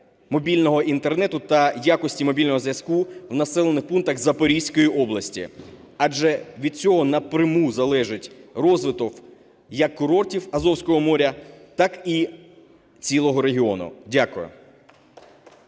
мобільного Інтернету та якості мобільного зв'язку в населених пунктах Запорізької області. Адже від цього на пряму залежить розвиток як курортів Азовського моря так і цілого регіону. Дякую.